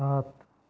सात